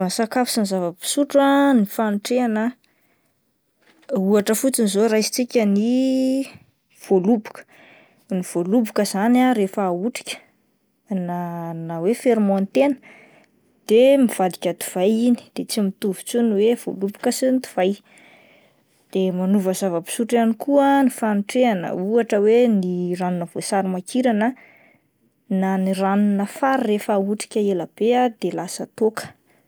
Ny sakafo sy ny zavam-pisotro ah ny fanotrehana ohatra fotsiny izao raisitsika ny voaloboka, ny voaloboka izany ah rehefa ahotrika na-na hoe fermantena de mivadika divay iny de tsy mitovy intsony hoe voaloboka sy ny divay, de manova zavam-pisotro ihany koa ny fanotrehana ohatra hoe ny ranona voasary makirana na ny ranona fary rehefa ahotrika ela be dia lasa toaka.